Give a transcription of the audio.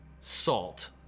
salt